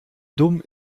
dumm